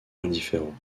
indifférent